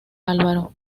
álvaro